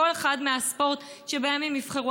כל ספורט שבו הם יבחרו.